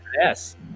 Yes